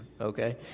okay